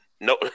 no